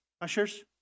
Ushers